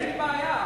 אין בעיה.